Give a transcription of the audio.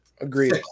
Agreed